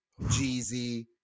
Jeezy